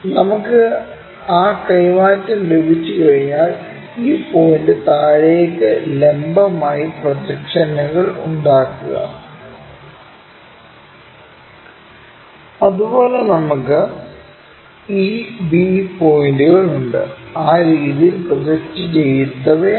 നമുക്ക് ആ കൈമാറ്റം ലഭിച്ചുകഴിഞ്ഞാൽ ഈ പോയിന്റ് താഴേക്ക് ലംബമായി പ്രൊജക്ഷനുകൾ ഉണ്ടാക്കുക അതുപോലെ നമുക്ക് e b പോയിൻറുകൾ ഉണ്ട് ആ രീതിയിൽ പ്രൊജക്റ്റ് ചെയ്തവയാണ്